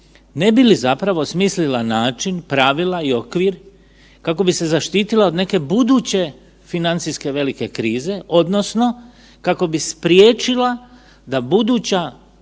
ne bi li zapravo smislila način, pravila i okvir, kako bi se zaštitila od neke buduće financijske velike krize, odnosno kako bi spriječila da buduća